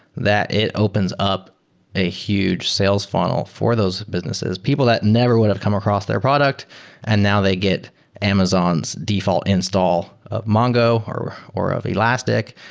that it opens up a huge sales funnel for those businesses. people that never would've come across their product and now they get amazon's default install of mongo, or or of elastic,